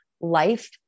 life